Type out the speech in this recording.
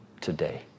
today